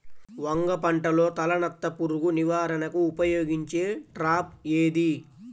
వంగ పంటలో తలనత్త పురుగు నివారణకు ఉపయోగించే ట్రాప్ ఏది?